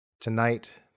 tonight